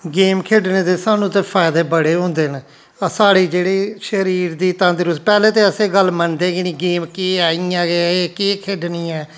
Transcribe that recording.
game खेढने दे सानू ते फायदे बड़े ओह् होंदे न साढ़े जेह्ड़े शरीर दी तंदरुस्ती पैह्ले ते असें गल्ल मन्नदे गी नी गेम केह् ऐ इ'यां गै एह् केह् खेढनी ऐ